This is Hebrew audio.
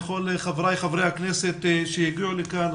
לכל חבריי חברי הכנסת שהגיעו לכאן,